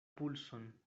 pulson